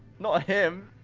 not him!